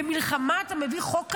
במלחמה אתה מביא חוק כזה?